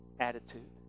attitude